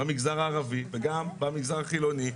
במגזר הערבי וגם במגזר החילוני,